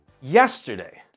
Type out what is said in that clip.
Yesterday